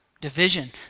division